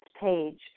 page